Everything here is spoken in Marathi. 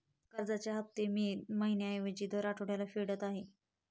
कर्जाचे हफ्ते मी महिन्या ऐवजी दर आठवड्याला फेडत आहे